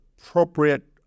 appropriate